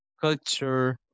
culture